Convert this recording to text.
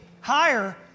higher